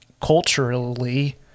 culturally